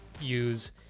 use